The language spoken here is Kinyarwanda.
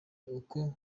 uko